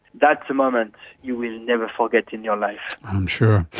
that's a moment you will never forget in your life. i'm sure.